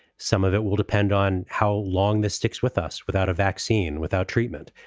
some of it will depend on how long this sticks with us. without a vaccine, without treatment,